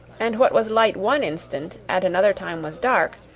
and what was light one instant, at another time was dark,